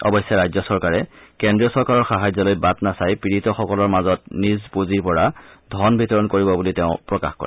অৱশ্যে ৰাজ্য চৰকাৰে কেন্দ্ৰীয় চৰকাৰৰ সাহায্যলৈ বাট নাচাই পীড়িতসকলৰ মাজত নিজ পুঁজিৰ পৰা ধন বিতৰণ কৰিব বুলি তেওঁ প্ৰকাশ কৰে